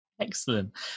excellent